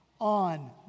on